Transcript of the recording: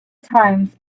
times